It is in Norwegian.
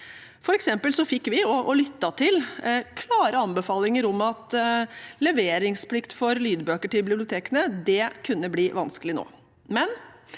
og lyttet til – klare anbefalinger om at leveringsplikt for lydbøker til bibliotekene kunne bli vanskelig nå.